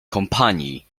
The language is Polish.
kompanii